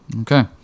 Okay